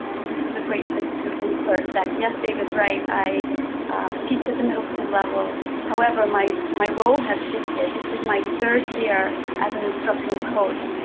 this is a great place to insert that yes, david is right, i teach at the middle school level. however, my my role has shifted. this is my third year as an instructional coach,